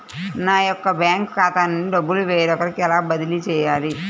నా యొక్క బ్యాంకు ఖాతా నుండి డబ్బు వేరొకరికి ఎలా బదిలీ చేయాలి?